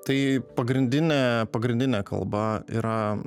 tai pagrindinė pagrindinė kalba yra